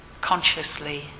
consciously